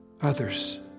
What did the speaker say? others